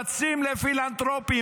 רצים לפילנתרופים.